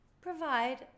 provide